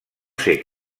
ser